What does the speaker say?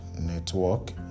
network